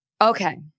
Okay